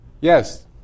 Yes